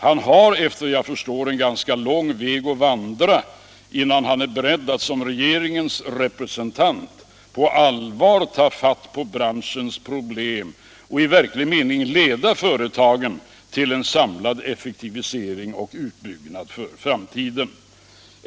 Han har, efter vad jag kan förstå, en ganska lång väg att vandra, innan han är beredd att som regeringens representant på allvar ta fatt i branschens problem och i verklig mening leda företagen till en samlad effektivisering och utbyggnad för framtiden.